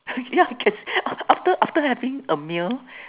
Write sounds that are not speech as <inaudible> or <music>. <laughs> ya can after after having a meal